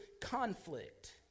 conflict